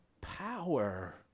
power